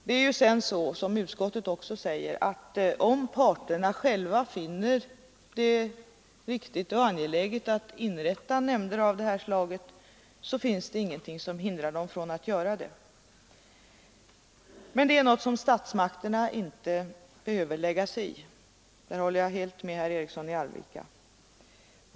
Det är så, som utskottet också säger, att om parterna själva finner det riktigt och angeläget att inrätta nämnder av det här slaget finns det ingenting som hindrar dem från att göra det. Men det är något som statsmakterna inte behöver lägga sig i — där håller jag helt med herr Eriksson i Arvika.